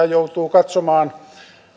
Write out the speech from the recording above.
joutuu katsomaan